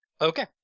okay